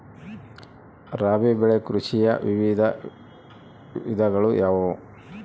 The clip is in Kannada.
ರಾಬಿ ಬೆಳೆ ಕೃಷಿಯ ವಿವಿಧ ವಿಧಗಳು ಯಾವುವು?